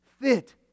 fit